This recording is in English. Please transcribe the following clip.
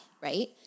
Right